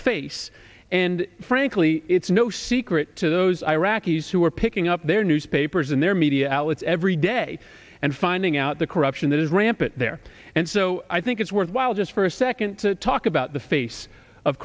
face and frankly it's no secret to those iraqis who are picking up their newspapers and their media outlets every day and finding out the corruption that is rampant there and so i think it's worthwhile just for a second to talk about the face of